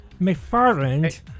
McFarland